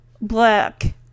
black